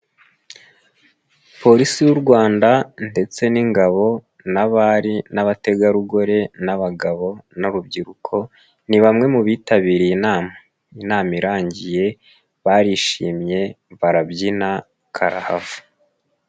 Polisi y'u Rwanda ndetse n'ingabo, n'abari, n'abategarugori, n'abagabo, n'urubyiruko, ni bamwe mu bitabiriye inama, inama irangiye barishimye barabyina karahava.